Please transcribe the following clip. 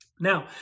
Now